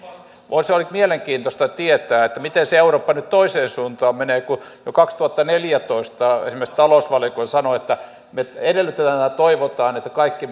voisi olla nyt mielenkiintoista tietää miten se eurooppa nyt toiseen suuntaan menee kun jo kaksituhattaneljätoista esimerkiksi talousvaliokunta sanoi että edellytetään ja toivotaan että kaikki